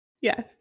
yes